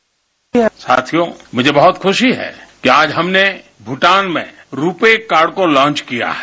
bite साथियों मुझे बहुत खुशी है कि आज हमने भूटान में रू पे कार्ड को लांच किया है